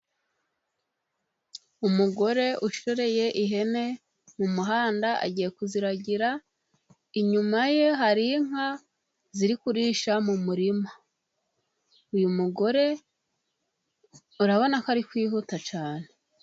Umugore ushoreye ihene mu muhanda agiye kuziragira, inyuma ye hari inka ziri kurisha mu murima, uyu mugore urabona ko ari kwihuta cyane.